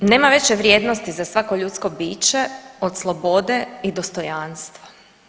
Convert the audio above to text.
Nema veće vrijednosti za svako ljudsko biće od slobode i dostojanstva.